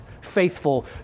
faithful